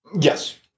Yes